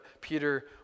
Peter